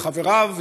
חבריו,